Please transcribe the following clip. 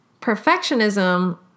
Perfectionism